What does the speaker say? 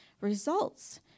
Results